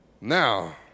Now